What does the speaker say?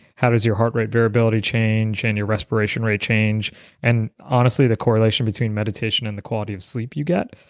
how does your heart rate variability change and your respiration rate change and honestly, the correlation between meditation and the quality of sleep you get.